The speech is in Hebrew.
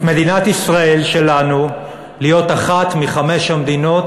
שמדינת ישראל שלנו היא אחת מחמש המדינות